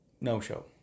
No-show